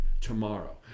tomorrow